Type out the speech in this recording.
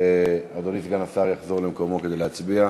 שחברי סגן השר יחזור למקומו כדי להצביע.